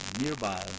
nearby